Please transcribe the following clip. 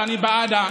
שאני בעדה,